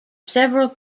several